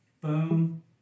Boom